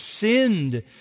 sinned